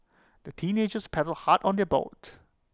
the teenagers paddled hard on their boat